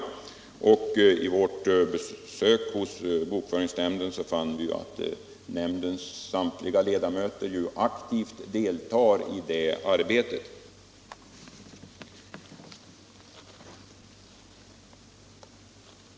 Vid vårt besök hos bokföringsnämnden fann vi att nämndens samtliga ledamöter aktivt deltar i det arbetet.